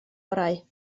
orau